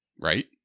right